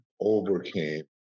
overcame